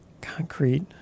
Concrete